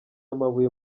amabuye